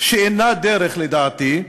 שאינה דרך, לדעתי?